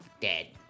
Dead